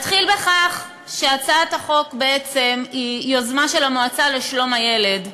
אתחיל בכך שהצעת החוק היא בעצם יוזמה של המועצה לשלום הילד,